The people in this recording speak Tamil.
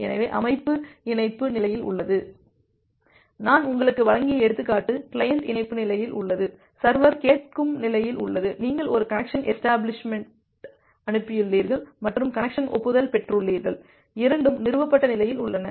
எனவே அமைப்பு இணைப்பு நிலையில் உள்ளது நான் உங்களுக்கு வழங்கிய எடுத்துக்காட்டு கிளையன்ட் இணைப்பு நிலையில் உள்ளது சர்வர் கேட்கும் நிலையில் உள்ளது நீங்கள் ஒரு கனெக்சன் எஷ்டபிளிஷ்மெண்ட் அனுப்பியுள்ளீர்கள் மற்றும் கனெக்சன் ஒப்புதல் பெற்றுள்ளீர்கள் இரண்டும் நிறுவப்பட்ட நிலையில் உள்ளன